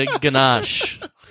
Ganache